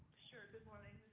sure. good morning.